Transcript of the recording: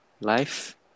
life